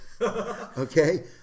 okay